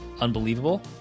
Unbelievable